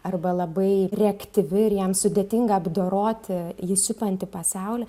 arba labai reaktyvi ir jam sudėtinga apdoroti jį supantį pasaulį